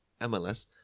MLS